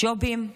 ג'ובים,